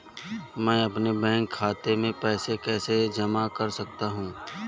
मैं अपने बैंक खाते में पैसे कैसे जमा कर सकता हूँ?